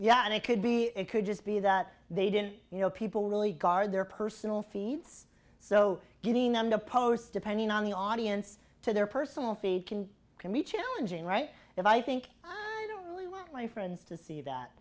yeah and it could be it could just be that they didn't you know people really guard their personal feeds so getting them to post depending on the audience to their personal feed can can be challenging right if i think i don't really want my friends to see that